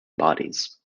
bodies